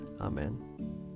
Amen